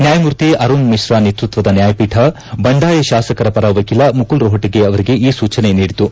ನ್ಯಾಯಮೂರ್ತಿ ಅರುಣ್ ಮಿತ್ರ ನೇತೃತ್ವದ ನ್ಯಾಯಪೀಠ ಬಂಡಾಯ ಶಾಸಕರ ಪರ ವಕೀಲ ಮುಕುಲ್ ರೋಹಟಗಿ ಅವರಿಗೆ ಈ ಸೂಚನೆ ನೀಡಿತು